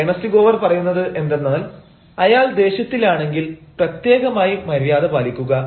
Ernest Gower പറയുന്നത് എന്തെന്നാൽ അയാൾ ദേഷ്യത്തിലാണെങ്കിൽ പ്രത്യേകമായി മര്യാദ പാലിക്കുക